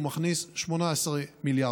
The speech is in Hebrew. הוא מכניס 18 מיליארד.